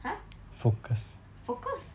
!huh! focus